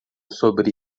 sobre